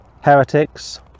Heretics